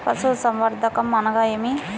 పశుసంవర్ధకం అనగా ఏమి?